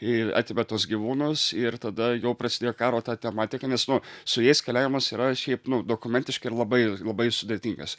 ir atėmė tuos gyvūnus ir tada jau prasidėjo karo ta tematika nes nu su jais keliavimas yra šiaip dokumentiškai ir labai labai sudėtingas